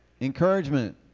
Encouragement